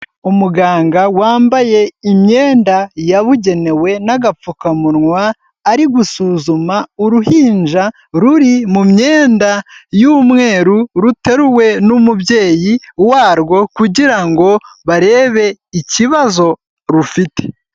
Umuganga wambaye imyenda yabugenewe n'agapfukamunwa ari gusuzuma uruhinja ruri mu myenda y'umweru ruteruwe n'umubyeyi warwo, kugira ngo barebe ikibazo rufite.